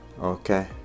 okay